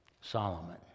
Solomon